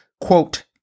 quote